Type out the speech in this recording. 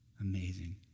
amazing